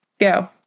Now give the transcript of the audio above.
go